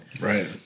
Right